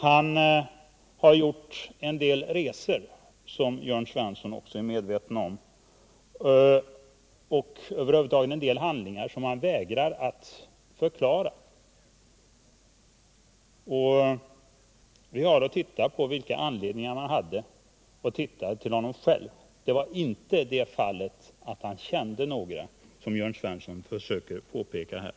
Han har gjort en del resor, som Jörn Svensson också är medveten om, och över huvud taget utfört en del handlingar som han vägrar att förklara. Och vi har att se på vilka anledningar han hade, se till honom själv. Det gällde inte den omständigheten att han kände några personer, som Jörn Svensson försöker påstå här.